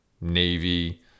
navy